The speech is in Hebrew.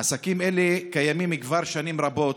עסקים אלה קיימים כבר שנים רבות,